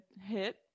hit